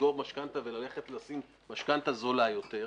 ולסגור משכנתא וללכת ולהשיג משכנתא זולה יותר,